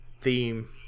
theme